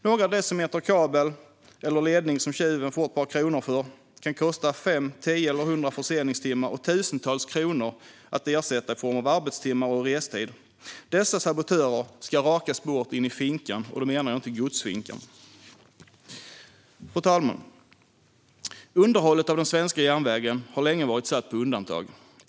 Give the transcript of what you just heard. Några decimeter kabel eller ledning som tjuven får ett par kronor för kan kosta fem, tio eller hundra förseningstimmar och tusentals kronor att ersätta i form av arbetstimmar och restid. Dessa sabotörer ska raka spåret in i finkan, och då menar jag inte godsfinkan. Fru talman! Underhållet av den svenska järnvägen har länge varit satt på undantag.